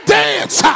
dance